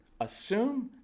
assume